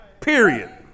Period